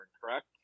correct